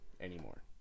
anymore